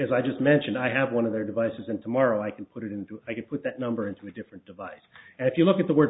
as i just mentioned i have one of their devices and tomorrow i can put it into i could put that number into a different device and if you look at the word